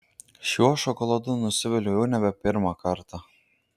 šiuo šokoladu nusiviliu jau nebe pirmą kartą